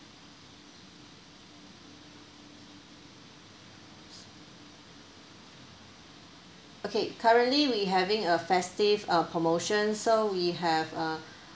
okay currently we having a festive uh promotion so we have uh